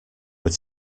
were